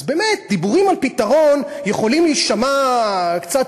אז באמת דיבורים על פתרון יכולים להישמע קצת,